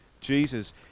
Jesus